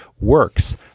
Works